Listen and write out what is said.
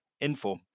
info